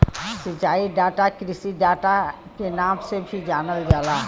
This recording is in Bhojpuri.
सिंचाई डाटा कृषि डाटा के नाम से भी जानल जाला